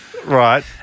Right